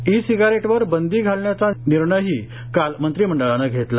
इ सिगारेटवर बंदी घालण्याचा निर्णयही काल मंत्रिमंडळानं घेतला